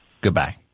Goodbye